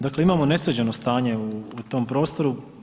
Dakle, imamo nesređeno stanje u tom prostoru.